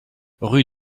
rue